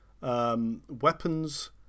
Weapons